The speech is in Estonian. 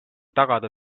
tagada